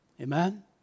Amen